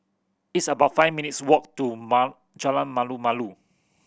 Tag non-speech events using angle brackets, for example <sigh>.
it's about five minutes' walk to <unintelligible> Jalan Malu Malu